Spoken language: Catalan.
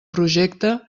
projecte